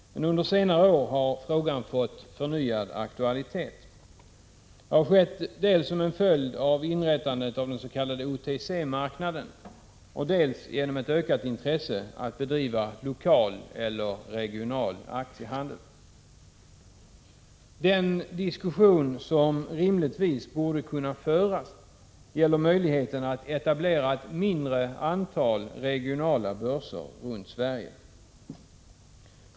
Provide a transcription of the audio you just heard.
Men under senare år har frågan fått förnyad aktualitet. Det har skett dels som en följd av inrättandet av den s.k. OTC-marknaden, dels genom ett ökat intresse att bedriva lokal eller regional aktiehandel. Den diskussion som rimligtvis borde kunna föras gäller möjligheten att etablera ett mindre antal regionala ”börser” runt om i Sverige.